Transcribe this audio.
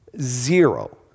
zero